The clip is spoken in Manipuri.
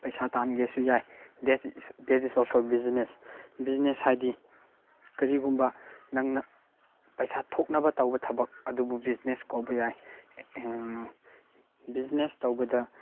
ꯄꯩꯁꯥ ꯇꯥꯟꯒꯦꯁꯨ ꯌꯥꯏ that is also business business ꯍꯥꯏꯗꯤ ꯀꯔꯤꯒꯨꯝꯕ ꯅꯪꯅ ꯄꯩꯁꯥ ꯊꯣꯛꯅꯕ ꯇꯧꯕ ꯊꯕꯛ ꯑꯗꯨꯕꯨ ꯕꯤꯖꯤꯅꯦꯁ ꯀꯧꯕ ꯌꯥꯏ ꯕꯤꯖꯤꯅꯦꯁ ꯇꯧꯕꯗ